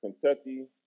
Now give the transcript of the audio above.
Kentucky